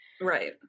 Right